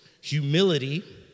humility